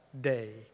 day